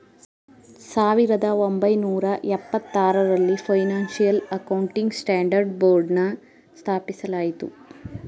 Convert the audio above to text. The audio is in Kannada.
ಸಾವಿರದ ಒಂಬೈನೂರ ಎಪ್ಪತಾರರಲ್ಲಿ ಫೈನಾನ್ಸಿಯಲ್ ಅಕೌಂಟಿಂಗ್ ಸ್ಟ್ಯಾಂಡರ್ಡ್ ಬೋರ್ಡ್ನ ಸ್ಥಾಪಿಸಲಾಯಿತು